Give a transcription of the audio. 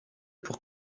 pour